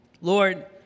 Lord